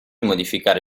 modificare